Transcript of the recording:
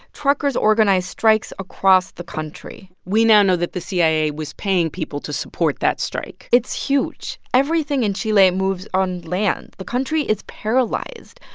truckers organize strikes across the country we now know that the cia was paying people to support that strike it's huge. everything in chile moves on land. the country is paralyzed.